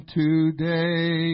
today